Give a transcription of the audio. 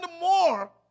more